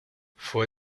fue